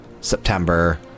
September